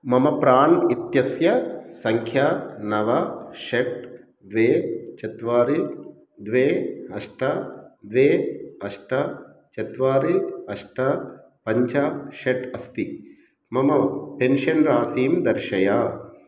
मम प्राण् इत्यस्य सङ्ख्या नव षट् द्वे चत्वारि द्वे अष्ट द्वे अष्ट चत्वारि अष्ट पञ्च षट् अस्ति मम पेन्शन् राशीं दर्शय